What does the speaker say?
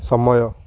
ସମୟ